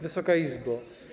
Wysoka Izbo!